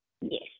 Yes